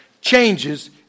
changes